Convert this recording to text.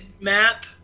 map